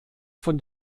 von